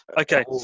Okay